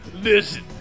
listen